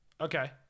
Okay